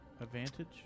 Advantage